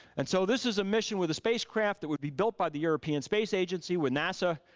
and so this is a mission with a spacecraft that would be built by the european space agency with nasa,